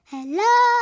Hello